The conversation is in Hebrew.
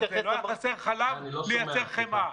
לא היה חסר חלב לייצר חמאה.